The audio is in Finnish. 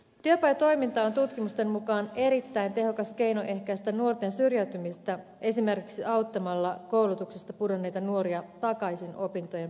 työpajatoiminta on tutkimusten mukaan erittäin tehokas keino ehkäistä nuorten syrjäytymistä esimerkiksi auttamalla koulutuksesta pudonneita nuoria takaisin opintojen pariin